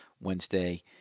Wednesday